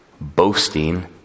boasting